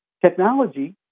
Technology